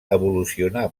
evolucionà